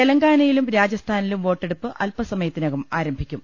തെലങ്കാനയിലും രാജസ്ഥാനിലും വോട്ടെടുപ്പ് അൽപ സമ യത്തിനകം ആരംഭിക്കും